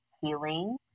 healing